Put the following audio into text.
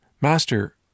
Master